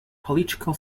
political